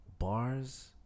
Bars